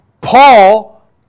Paul